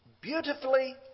beautifully